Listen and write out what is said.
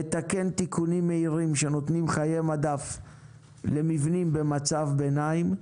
לתקן תיקונים מהירים שנותנים חיי מדף למבנים במצב ביניים,